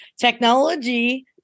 Technology